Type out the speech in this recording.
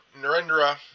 Narendra